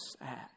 sad